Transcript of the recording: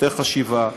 יותר חשיבה,